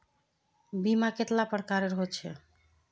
बीमा कतेला प्रकारेर होचे?